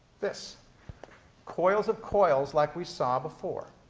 this coils of coils, like we saw before.